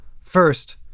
First